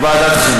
לוועדה?